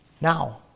Now